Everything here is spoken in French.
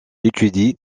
étudie